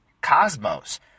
cosmos